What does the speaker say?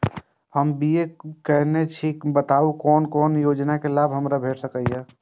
हम बी.ए केनै छी बताबु की कोन कोन योजना के लाभ हमरा भेट सकै ये?